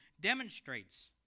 demonstrates